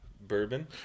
Bourbon